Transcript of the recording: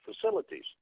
facilities